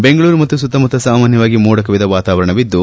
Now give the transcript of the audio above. ಬೆಂಗಳೂರು ಮತ್ತು ಸುತ್ತಮುತ್ತ ಸಾಮಾನ್ಯವಾಗಿ ಮೋಡ ಕವಿದ ವಾತಾವರಣವಿದ್ದು